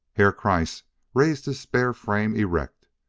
herr kreiss raised his spare frame erect.